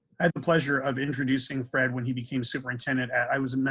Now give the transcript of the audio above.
i had the pleasure of introducing fred when he became superintendent. i was,